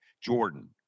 Jordan